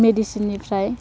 मेडिसिननिफ्राय